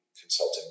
consulting